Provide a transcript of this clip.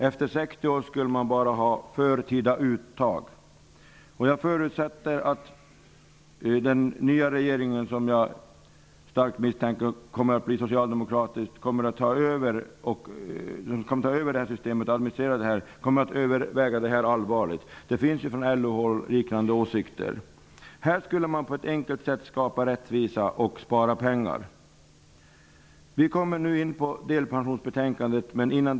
Efter 60 år skulle man vara hänvisad till förtida uttag av ålderspension. Jag förutsätter att den nya regeringen -- som jag starkt misstänker kommer att bli socialdemokratisk -- skall allvarligt överväga detta. LO har ju liknande åsikter. Här skulle man på ett enkelt sätt skapa rättvisa och samtidigt spara pengar.